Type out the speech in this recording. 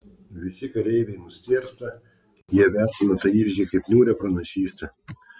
visi kareiviai nustėrsta jie vertina tą įvykį kaip niūrią pranašystę